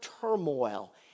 turmoil